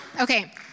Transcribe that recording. Okay